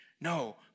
No